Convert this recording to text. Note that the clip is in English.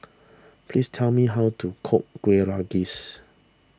please tell me how to cook Kuih Rengas